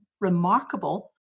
Remarkable